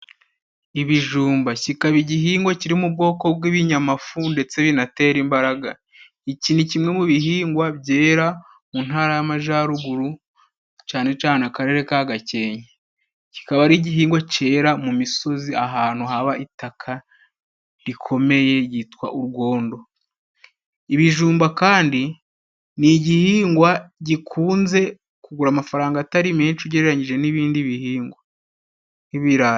Ibijumba. Kikaba igihingwa kiri mu bwoko bw'ibinyamafu ndetse binatera imbaraga. Iki ni kimwe mu bihingwa byera mu ntara y'amajaruguru cane cane akarere ka Gakenke. Kikaba ari igihingwa cyera mu misozi ahantu haba itaka rikomeye ryitwa urwondo. Ibijumba kandi ni igihingwa gikunze kugura amafaranga atari menshi ugereranyije n'ibindi bihingwa nk'ibirayi.